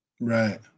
Right